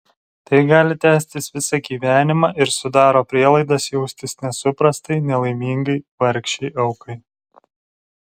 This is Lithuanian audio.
tai gali tęstis visą gyvenimą ir sudaro prielaidas jaustis nesuprastai nelaimingai vargšei aukai